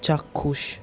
চাক্ষুষ